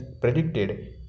predicted